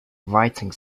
writing